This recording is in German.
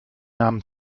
namen